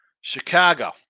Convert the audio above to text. Chicago